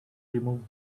remove